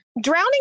Drowning